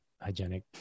hygienic